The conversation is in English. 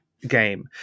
Game